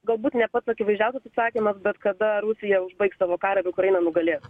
galbūt ne pats akivaizdžiausias atsakymas bet kada rusija užbaigs savo karą ir ukraina nugalės